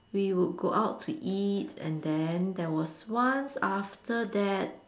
we would go out to eat and then there was once after that